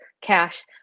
cash